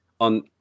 on